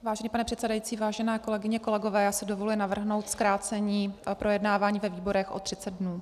Vážený pane předsedající, vážené kolegyně a kolegové, já si dovoluji navrhnout zkrácení projednávání ve výborech o 30 dnů.